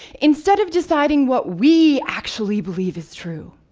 instead of deciding what we actually believe is true.